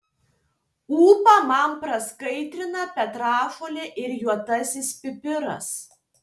ūpą man praskaidrina petražolė ir juodasis pipiras